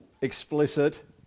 explicit